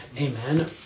amen